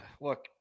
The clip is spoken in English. look